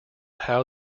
how